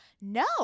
No